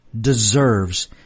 deserves